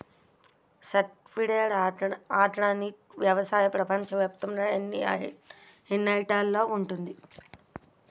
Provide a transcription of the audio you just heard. Certified organic వ్యవసాయం ప్రపంచ వ్యాప్తముగా ఎన్నిహెక్టర్లలో ఉంది?